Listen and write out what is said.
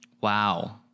Wow